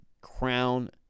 crown